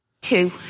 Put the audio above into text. Two